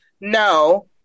no